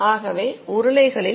ஆகவே உருளைகளில்